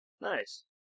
Nice